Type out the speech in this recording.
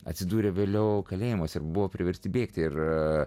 atsidūrė vėliau kalėjimuose ir buvo priversti bėgti ir